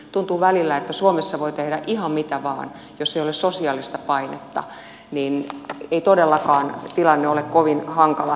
tuntuu välillä että suomessa voi tehdä ihan mitä vain jos ei ole sosiaalista painetta niin ei todellakaan tilanne ole kovin hankala